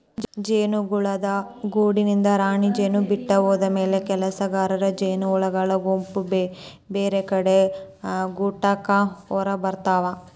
ಜೇನುಹುಳದ ಗೂಡಿನಿಂದ ರಾಣಿಜೇನು ಬಿಟ್ಟ ಹೋದಮ್ಯಾಲೆ ಕೆಲಸಗಾರ ಜೇನಹುಳಗಳ ಗುಂಪು ಬೇರೆಕಡೆ ಗೂಡಕಟ್ಟಾಕ ಹೊರಗಬರ್ತಾವ